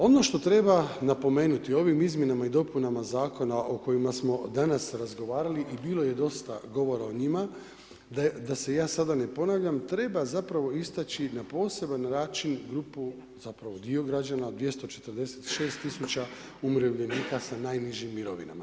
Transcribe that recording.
Ono što treba napomenuti, ovim izmjenama i dopunama zakona o kojima smo danas razgovarali i bilo je dosta govora o njima, da se ja sada ne ponavljam, treba zapravo istaći na poseban način grupu, zapravo dio građana od 246 tisuća umirovljenika sa najnižim mirovinama.